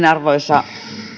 arvoisa